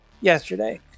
yesterday